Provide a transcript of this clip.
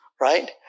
Right